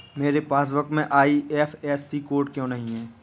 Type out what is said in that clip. मेरे पासबुक में IFSC code क्यो नहीं है?